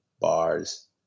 bars